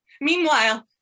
Meanwhile